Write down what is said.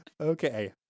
Okay